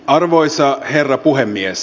arvoisa herra puhemies